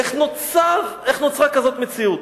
איך נוצרה כזאת מציאות?